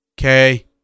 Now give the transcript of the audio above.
Okay